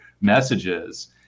messages